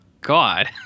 God